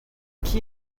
qui